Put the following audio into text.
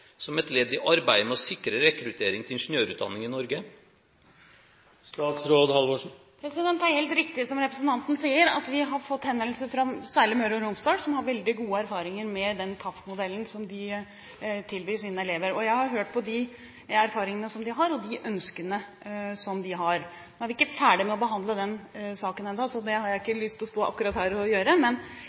som et ledd i arbeidet med å sikre rekruttering til ingeniørutdanning i Norge? Det er helt riktig som representanten sier, at vi har fått henvendelser fra særlig Møre og Romsdal, som har veldig gode erfaringer med den TAF-modellen som de tilbyr sine elever. Jeg har hørt på de erfaringene og de ønskene de har. Nå er vi ikke ferdig med å behandle den saken ennå, så det har jeg ikke lyst til å stå akkurat her og gjøre,